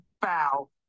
bow